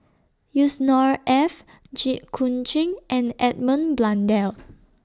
Yusnor Ef Jit Koon Ch'ng and Edmund Blundell